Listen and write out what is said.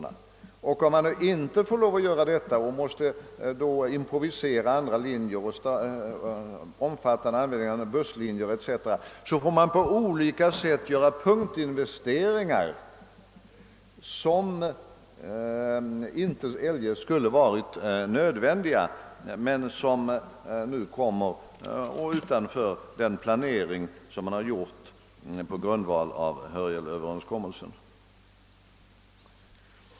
— Klart är att om man inte får räkna med en större anslagssumma utan måste improvisera andra linjer och starta omfattande anläggningar av busslinjer etc., så får man på olika sätt göra investeringar, som inte eljest skulle ha varit nödvändiga men som nu kommer utanför den planering som man har gjort på grundval av Hörjelöverenskommelsen.